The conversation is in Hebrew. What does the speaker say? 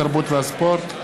התרבות והספורט.